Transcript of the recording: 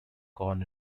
corn